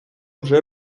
вже